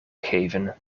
geven